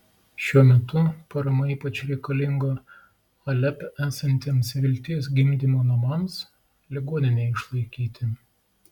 šiuo metu parama ypač reikalinga alepe esantiems vilties gimdymo namams ligoninei išlaikyti